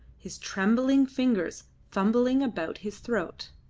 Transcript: his trembling fingers fumbling about his throat.